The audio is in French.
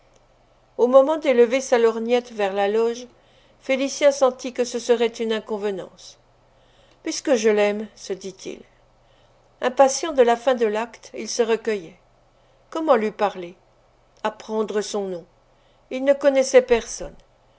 au moment d'élever sa lorgnette vers la loge félicien sentit que ce serait une inconvenance puisque je l'aime se dit-il impatient de la fin de l'acte il se recueillait comment lui parler apprendre son nom il ne connaissait personne